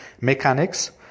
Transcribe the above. mechanics